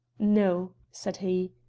no, said he.